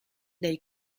dai